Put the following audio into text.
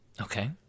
Okay